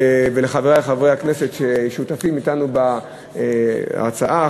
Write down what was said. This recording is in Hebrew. ולחברי חברי הכנסת ששותפים אתנו בהצעה,